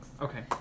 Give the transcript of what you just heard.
Okay